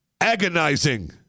agonizing